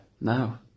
No